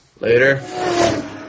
Later